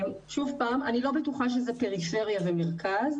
אני לא בטוחה שזה עניין של פריפריה ומרכז,